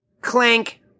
Clank